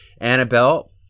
Annabelle